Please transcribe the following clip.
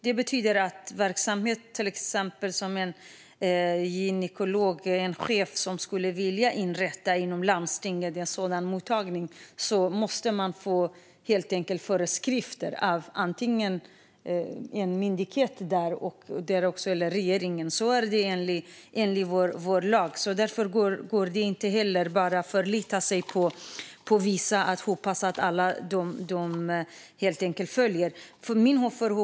Det betyder att en verksamhet som till exempel en chef för gynekologi skulle vilja inrätta på en sådan mottagning inom landstinget måste få föreskrifter antingen av en myndighet eller regeringen enligt vår lag. Det går inte bara att förlita sig på att alla följer lagen.